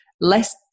less